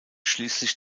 schließlich